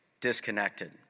disconnected